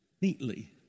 neatly